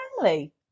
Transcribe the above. family